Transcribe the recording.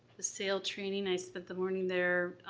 the sail training, i spent the morning there.